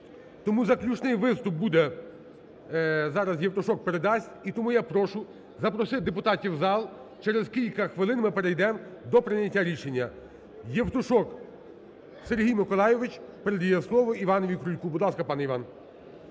Тому заключний виступ буде… Зараз Євтушок передасть. І тому я прошу запросити депутатів в зал. Через кілька хвилин ми перейдемо до прийняття рішення. Євтушок Сергій Миколайович передає слово Іванову Крульку. Будь ласка, пане Іван.